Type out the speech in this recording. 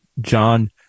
John